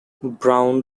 brown